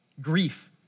grief